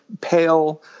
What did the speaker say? pale